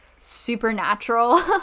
supernatural